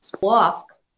walk